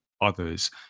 others